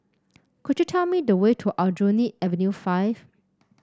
could you tell me the way to Aljunied Avenue Five